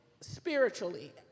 spiritually